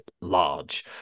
large